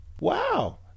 Wow